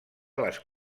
les